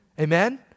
Amen